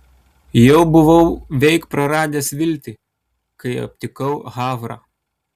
jau buvau veik praradęs viltį kai aptikau havrą